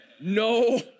no